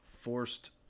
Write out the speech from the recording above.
forced